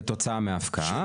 כתוצאה מההפקעה,